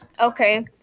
Okay